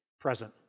present